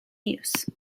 use